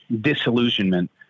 disillusionment